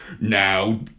Now